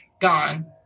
gone